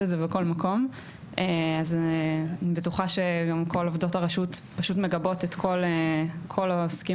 אני בטוחה שכל עובדות הרשות מגבות את כל העוסקים